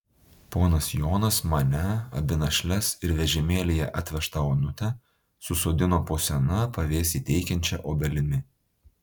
ponas jonas mane abi našles ir vežimėlyje atvežtą onutę susodino po sena pavėsį teikiančia obelimi